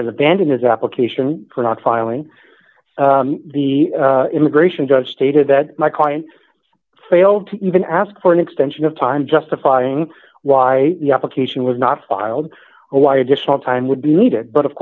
has abandoned his application for not filing the immigration judge stated that my client failed to even ask for an extension of time justifying why the application was not filed or why additional time would be needed but of